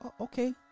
okay